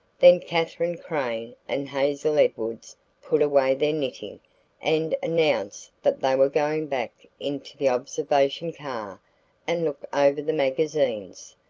then katherine crane and hazel edwards put away their knitting and announced that they were going back into the observation car and look over the magazines.